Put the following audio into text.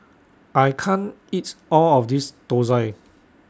I can't eat All of This Thosai